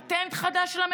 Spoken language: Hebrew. פטנט חדש של הממשלה: